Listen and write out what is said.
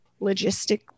logistic